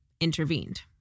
intervened